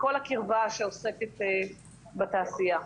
וכל הקרבה שעוסקת בתעשייה.